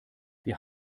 wir